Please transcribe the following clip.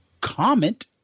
comment